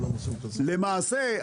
למעשה,